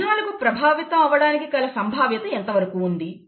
14 ప్రభావితం అవ్వడానికి గల సంభావ్యత ఎంతవరకు ఉంది